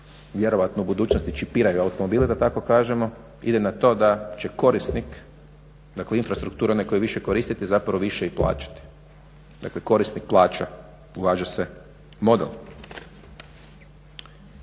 vjerojatno u budućnosti čipiraju automobili da tako kažemo ide na to da će korisnik, dakle infrastrukture one koje više koristite zapravo više i plaćate. Dakle, korisnik plaća, uvaža se model.